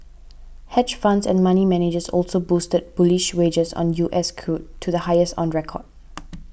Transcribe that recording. hedge funds and money managers also boosted bullish wagers on U S crude to the highest on record